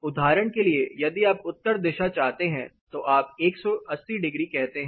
उदाहरण के लिए यदि आप उत्तर दिशा चाहते हैं तो आप 180 डिग्री कहते है